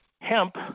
hemp